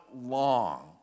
long